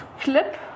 clip